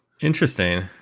Interesting